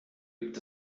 gibt